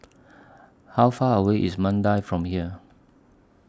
How Far away IS Mandai from here